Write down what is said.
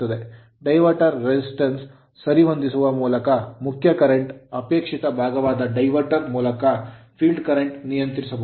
diverter resistance diverter ಪ್ರತಿರೋಧವನ್ನು ಸರಿಹೊಂದಿಸುವ ಮೂಲಕ ಮುಖ್ಯ ಕರೆಂಟ್ ಅಪೇಕ್ಷಿತ ಭಾಗವಾದ diverter ಡೈವರ್ಟಿಂಗ್ ಮೂಲಕ field current ಕ್ಷೇತ್ರ ಕರೆಂಟ್ ನ್ನು ನಿಯಂತ್ರಿಸಬಹುದು